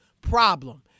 problem